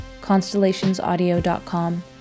constellationsaudio.com